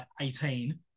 18